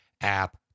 app